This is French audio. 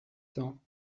cent